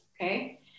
Okay